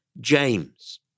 James